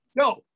no